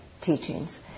teachings